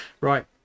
Right